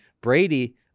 Brady